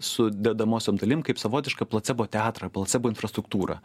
sudedamosiom dalim kaip savotišką placebo teatrą placebo infrastruktūrą